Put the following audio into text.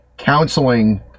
counseling